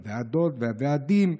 הוועדות והוועדים,